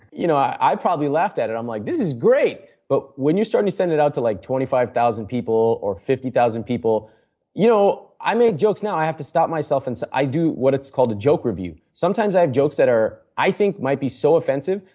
you know i have probably laughed at it, um like this is great. but, when you start to send it out to like twenty five thousand people or fifty thousand people you know i make jokes now. i have to stop myself and so i do what is called a joke review. sometimes i have jokes that are i think might be so offensive,